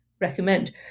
recommend